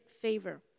favor